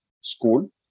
school